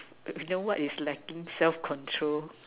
you know what is lacking self control